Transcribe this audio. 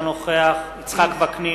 אינו נוכח יצחק וקנין,